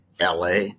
LA